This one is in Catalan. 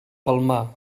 palmar